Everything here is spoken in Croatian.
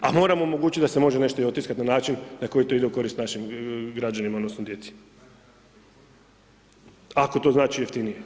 A moramo omogućiti da se može nešto i otiskat na način na koji to ide u korist našim građanima odnosno djeci ako to znači jeftinije.